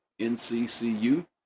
NCCU